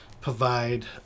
provide